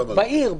בעיר.